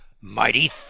mighty